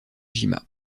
jima